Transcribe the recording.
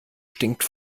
stinkt